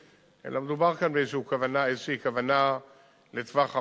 אלא מדובר כאן באיזו כוונה לטווח ארוך,